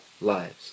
lives